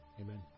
Amen